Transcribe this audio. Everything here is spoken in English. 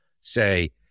say